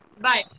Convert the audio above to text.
Bye